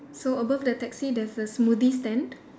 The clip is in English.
so above the taxi there's a smoothie stand